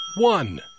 one